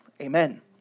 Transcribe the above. amen